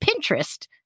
Pinterest